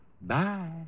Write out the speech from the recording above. Bye